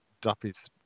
duffy's